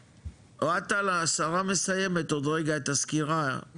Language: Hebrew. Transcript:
אוהד טל, השרה מסיימת עוד רגע את הסקירה.